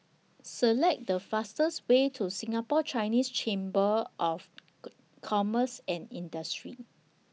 Select The fastest Way to Singapore Chinese Chamber of Commerce and Industry